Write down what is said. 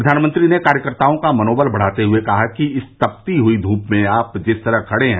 प्रधानमंत्री ने कार्यकर्ताओं का मनोबल बढ़ाते हुए कहा कि इस तपती हुई धूप में आप जिस तरह खड़े हैं